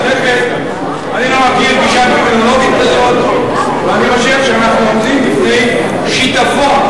אני חושב שאנחנו עומדים בפני שיטפון